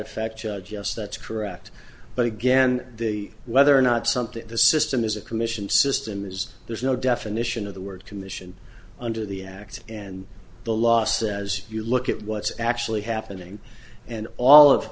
effect yes that's correct but again the whether or not something the system is a commission system is there's no definition of the word commission under the act and the law says you look at what's actually happening and all of